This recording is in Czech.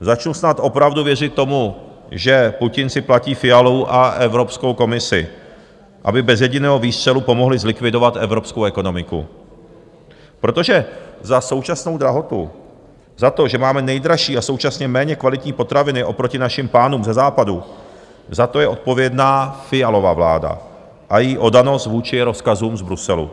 Začnu snad opravdu věřit tomu, že Putin si platí Fialu a Evropskou komisi, aby bez jediného výstřelu pomohli zlikvidovat evropskou ekonomiku, protože za současnou drahotu, za to, že máme nejdražší a současně méně kvalitní potraviny oproti našim pánům ze Západu, za to je odpovědná Fialova vláda a její oddanost vůči rozkazům z Bruselu.